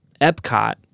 Epcot